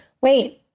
Wait